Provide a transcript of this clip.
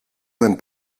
sein